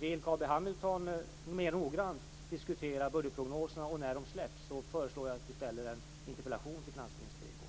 Vill Carl B Hamilton mer noggrant diskutera budgetprognoserna och när de släpps föreslår jag att han ställer en interpellation till Erik Åsbrink.